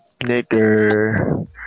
Nigger